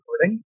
recording